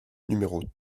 numéro